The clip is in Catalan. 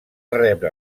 rebre